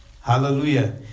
Hallelujah